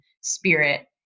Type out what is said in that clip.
spirit